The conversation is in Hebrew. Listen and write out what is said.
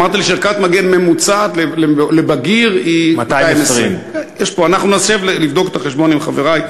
אמרת לי שערכת מגן ממוצעת לבגיר היא 220. ננסה לבדוק את החשבון עם חברי,